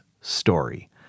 story